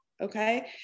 okay